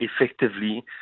effectively